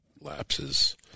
lapses